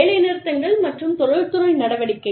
வேலைநிறுத்தங்கள் மற்றும் தொழில்துறை நடவடிக்கை